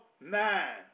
nine